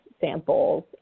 samples